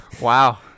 Wow